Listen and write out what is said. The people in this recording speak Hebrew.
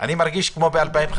אני מרגיש כמו ב-2015.